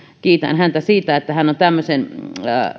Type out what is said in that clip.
kiitän häntä siitä että hän on tämmöisen